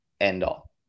end-all